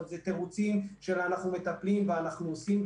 אבל זה תירוצים של "אנחנו מטפלים" ו"אנחנו עושים",